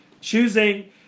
choosing